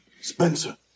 Spencer